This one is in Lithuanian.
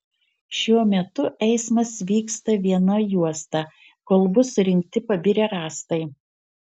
šiuo metu eismas vyksta viena juosta kol bus surinkti pabirę rąstai